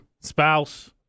spouse